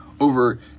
over